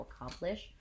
accomplish